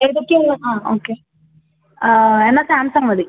ഏതൊക്കെയാണ് ഉള്ളത് ആ ഓക്കെ എന്നാൽ സാംസംഗ് മതി